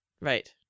Right